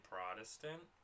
Protestant